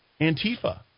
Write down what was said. Antifa